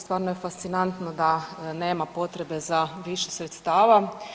Stvarno je fascinantno da nema potrebe za više sredstava.